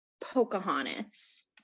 Pocahontas